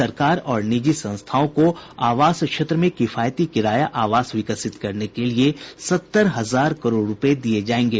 सरकार और निजी संस्थाओं को आवास क्षेत्र में किफायती किराया आवास विकसित करने के लिए सत्तर हजार करोड़ रुपए दिए जाएंगे